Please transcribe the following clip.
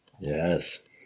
Yes